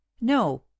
No